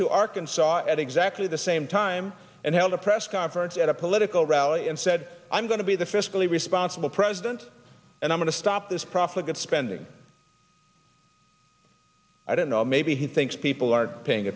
to arkansas at exactly the same time and held a press conference at a political rally and said i'm going to be the fiscally responsible president and i'm going to stop this prophethood spending i don't know maybe he thinks people are paying